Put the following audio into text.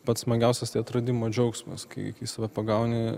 pats smagiausias tai atradimo džiaugsmas kai save pagauni